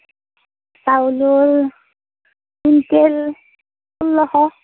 চাউলৰ কুইণ্টেল ষোল্লশ